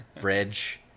bridge